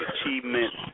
achievements